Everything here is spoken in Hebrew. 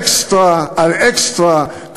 אקסטרה על אקסטרה.